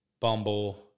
Bumble